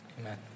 Amen